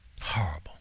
Horrible